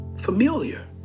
familiar